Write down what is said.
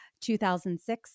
2006